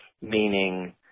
meaning